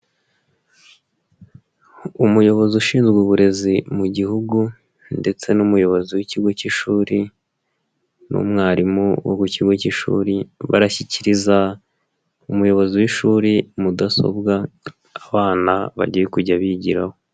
Umuyobozi ushinzwe uburezi mu gihugu ndetse n'umuyobozi w'ikigo k'ishuri n'umwarimu wo ku kigo cy'ishuri, barashyikiriza umuyobozi w'ishuri mudasobwa abana bagiye kujya bigiraho.